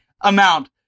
amount